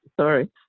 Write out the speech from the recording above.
Sorry